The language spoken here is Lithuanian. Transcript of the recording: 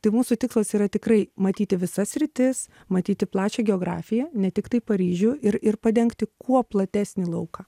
tai mūsų tikslas yra tikrai matyti visas sritis matyti plačią geografiją ne tiktai paryžių ir ir padengti kuo platesnį lauką